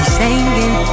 singing